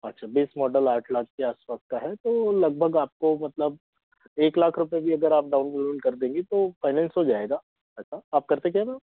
अच्छा base model आठ लाख के आस पास का है तो लग भग आपको मतलब एक लाख रुपये भी अगर आप डाउन लोन कर देंगी तो फ़ाइनेंस हो जाएगा आप करते क्या हैं मैम